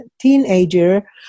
teenager